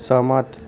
सहमत